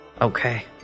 Okay